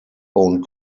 owned